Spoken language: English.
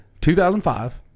2005